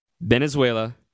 Venezuela